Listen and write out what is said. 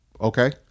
okay